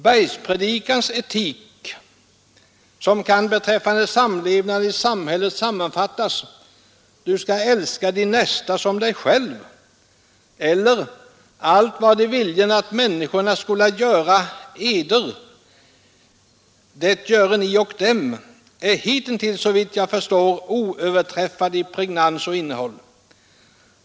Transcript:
Bergspredikans etik, som kan beträffande samlevnaden i samhället sammanfattas: ”Du skall älska din nästa som dig själv” eller ”Allt vad I viljen att människorna skola göra Eder, det gören I ock dem”, är hittills såvitt jag förstår oöverträffad i pregnans och innehåll.